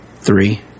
Three